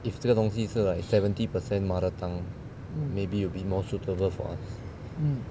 if 这个东西是 like seventy percent mother tongue maybe it'll be more suitable for us